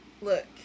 look